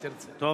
טוב.